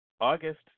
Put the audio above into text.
August